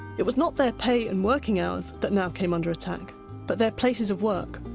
it was not their pay and working hours that now came under attack, but their places of work.